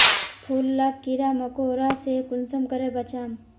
फूल लाक कीड़ा मकोड़ा से कुंसम करे बचाम?